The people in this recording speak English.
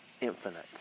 infinite